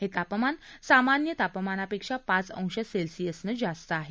हे तापमान सामान्य तापमानापेक्षा पाच अंश सेल्सिअसनं जास्त आहे